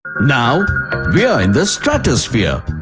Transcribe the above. now we're in the stratosphere.